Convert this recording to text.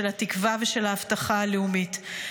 של התקווה ושל ההבטחה הלאומית.